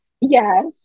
Yes